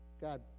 God